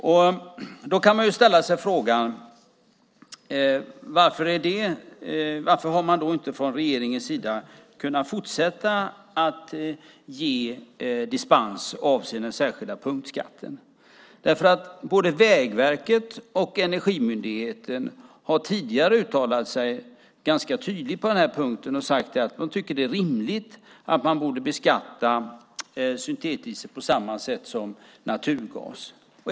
Man kan ställa sig frågan: Varför har man då inte från regeringens sida kunnat fortsätta att ge dispens avseende den särskilda punktskatten? Både Vägverket och Energimyndigheten har tidigare uttalat sig ganska tydligt på den här punkten och sagt att de tycker att det är rimligt att man beskattar syntetdiesel på samma sätt som naturgas.